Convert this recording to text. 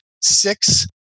six